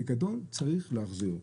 פיקדון צריך להחזיר.